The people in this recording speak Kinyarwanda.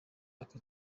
aka